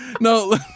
no